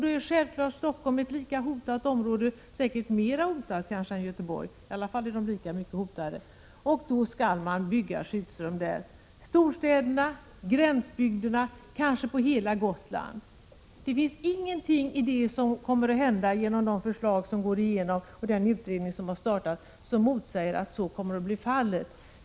Då är självklart Stockholm lika hotat, ja kanske mer hotat än Göteborg. I varje fall är de lika mycket hotade. Och då skall man bygga skyddsrum där, i storstäder, i gränsbygder, kanske på hela Gotland. Det finns ingenting i de förslag som går igenom och den utredning som har startats som motsäger att så kommer att bli fallet.